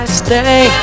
stay